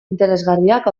interesgarriak